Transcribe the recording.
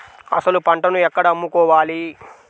అసలు పంటను ఎక్కడ అమ్ముకోవాలి?